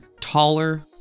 taller